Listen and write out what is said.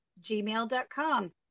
gmail.com